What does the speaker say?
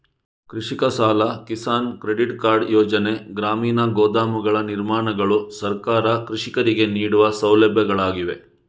ಕೃಷಿಕ ಸಾಲ, Kisan credit card ಯೋಜನೆ, ಗ್ರಾಮೀಣ ಗೋದಾಮುಗಳ ನಿರ್ಮಾಣಗಳು ಸರ್ಕಾರ ಕೃಷಿಕರಿಗೆ ನೀಡುವ ಸೌಲಭ್ಯಗಳಾಗಿವೆ